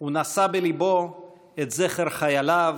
הוא נשא בליבו את זכר חייליו,